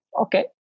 okay